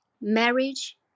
marriage